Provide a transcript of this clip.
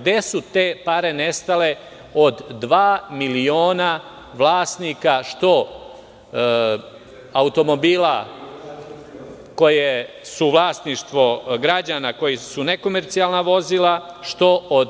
Gde su te pare nestale od dva miliona vlasnika automobila koje su vlasništvo građana, koji su nekomercijalna vozila, što od